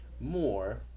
more